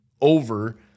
over